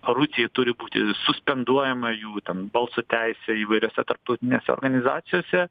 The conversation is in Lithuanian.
rusija turi būti suspenduojama jų ten balso teisė įvairiose tarptautinėse organizacijose